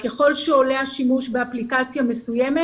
ככל שעולה השימוש באפליקציה מסוימת,